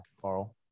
carl